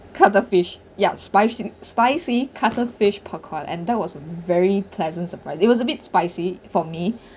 cuttlefish ya spicy spicy cuttlefish popcorn and that was a very pleasant surprise it was a bit spicy for me